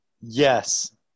Yes